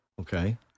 Okay